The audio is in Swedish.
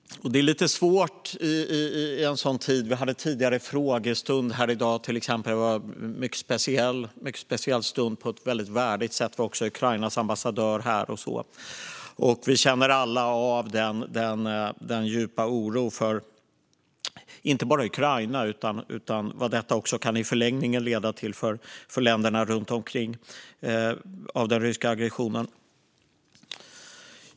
Vi hade tidigare i dag en frågestund. Det var en mycket speciell stund. På ett väldigt värdigt sätt var också Ukrainas ambassadör här. Vi känner alla av den djupa oron, inte bara för Ukraina utan också för vad den ryska aggressionen i förlängningen kan leda till för länderna runt omkring.